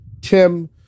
Tim